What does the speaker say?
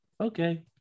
Okay